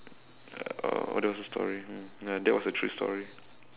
uh oh that was a story mm ya that was a true story